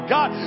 God